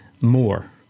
more